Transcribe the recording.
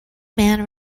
man